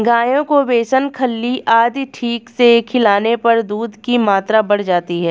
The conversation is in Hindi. गायों को बेसन खल्ली आदि ठीक से खिलाने पर दूध की मात्रा बढ़ जाती है